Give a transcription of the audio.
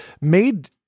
made